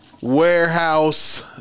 Warehouse